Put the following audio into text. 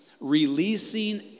releasing